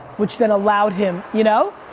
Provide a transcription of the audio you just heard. which then allowed him, you know?